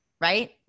right